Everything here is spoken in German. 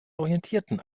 orientierten